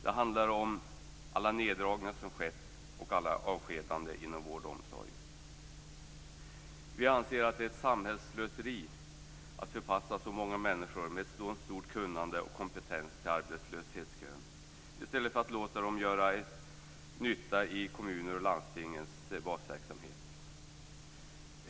Det handlar om alla neddragningar som skett och alla avskedanden inom vård och omsorg. Vi anser att det är ett samhällsslöseri att förpassa så många människor med så stort kunnande och så stor kompetens till arbetslöshetskön i stället för att låta dem göra nytta i kommuner och i landstingens basverksamhet.